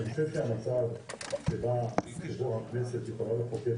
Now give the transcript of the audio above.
אני חושב שהמצב שבו הכנסת יכולה לחוקק